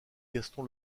gaston